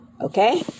Okay